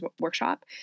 workshop